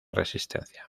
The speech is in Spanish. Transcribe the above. resistencia